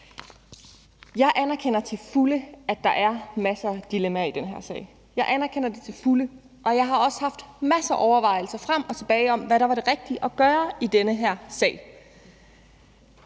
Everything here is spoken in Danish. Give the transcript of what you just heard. Jeg anerkender til fulde, at der er masser af dilemmaer i den her sag. Jeg anerkender det til fulde, og jeg har også haft masser af overvejelser frem og tilbage om, hvad der var det rigtige at gøre i den her sag.